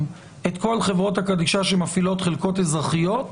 כלפי כל חברות הקדישא שמפעילות חלקות אזרחיות,